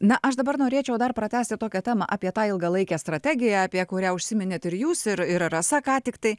na aš dabar norėčiau dar pratęsti tokią temą apie tą ilgalaikę strategiją apie kurią užsiminėt ir jūs ir ir rasa ką tiktai